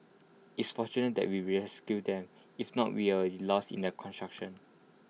it's fortunate that we rescued them if not we lost in the construction